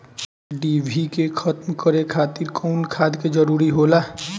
डिभी के खत्म करे खातीर कउन खाद के जरूरत होला?